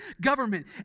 Government